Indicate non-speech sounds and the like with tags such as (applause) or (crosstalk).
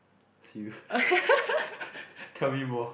serious (breath) tell me more